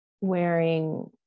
wearing